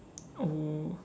oh